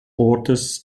ortes